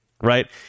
right